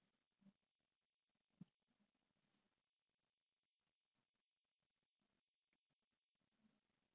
at least like like the last year or something எதுக்காச்சு போனுன்னு மாதிரி இருக்கும்ல:ethukaachu ponunnaa maathiri irukkumla because my முந்தி:munthi school also they never let us go overseas